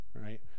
right